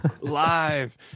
Live